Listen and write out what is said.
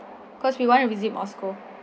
cause we want to visit moscow